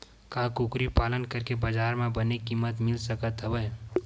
का कुकरी पालन करके बजार म बने किमत मिल सकत हवय?